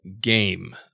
game